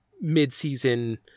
mid-season